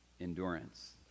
endurance